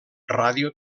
ràdio